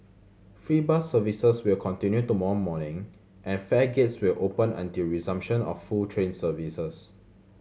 free bus services will continue tomorrow morning and fare gates will open until resumption of full train services